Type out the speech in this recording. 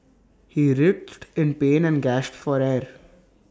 he writhed in pain and gasped for air